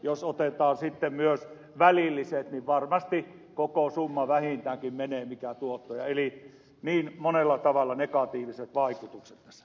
jos otetaan myös välilliset niin varmasti koko summa vähintäänkin menee mikä tuottoa on eli niin monella tavalla negatiiviset vaikutukset tässä on